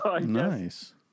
Nice